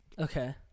Okay